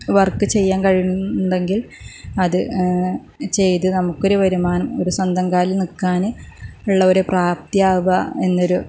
work ചെയ്യാൻ കഴിവുണ്ടെങ്കിൽ അത് ചെയ്ത് നമുക്കൊരു വരുമാനം ഒരു സ്വന്തം കാലിൽ നിൽക്കാൻ ഉള്ള ഒരു പ്രാപ്തിയാവുക എന്നൊരു